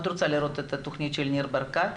רוצה לראות את התוכנית של ניר ברקת,